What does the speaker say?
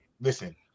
listen